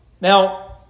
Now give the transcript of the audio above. Now